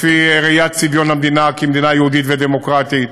לפי ראיית צביון המדינה כמדינה יהודית ודמוקרטית.